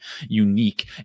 unique